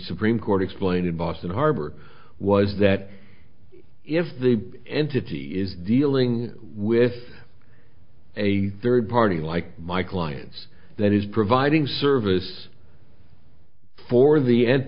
supreme court explained in boston harbor was that if the entity is dealing with a third party like my clients that is providing service for the